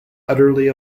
utterly